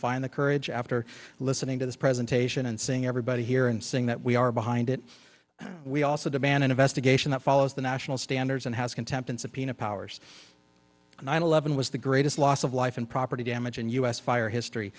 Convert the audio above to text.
find the courage after listening to this presentation and seeing everybody here and seeing that we are behind it we also demand an investigation that follows the national standards and has contempt and subpoena powers nine eleven was the greatest loss of life and property damage in u s fire history